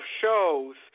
shows